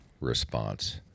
response